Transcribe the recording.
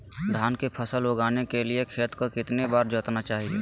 धान की फसल उगाने के लिए खेत को कितने बार जोतना चाइए?